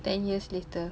ten years later